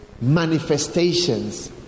manifestations